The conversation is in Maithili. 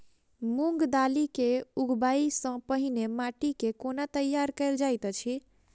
मूंग दालि केँ उगबाई सँ पहिने माटि केँ कोना तैयार कैल जाइत अछि?